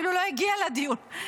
אפילו לא הגיע לדיון.